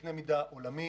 בקנה מידה עולמי